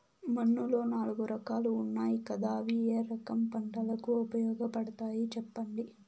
మన్నులో నాలుగు రకాలు ఉన్నాయి కదా అవి ఏ రకం పంటలకు ఉపయోగపడతాయి చెప్పండి?